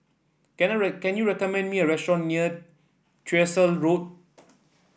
can you can you recommend me a restaurant near Tyersall Road